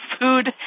food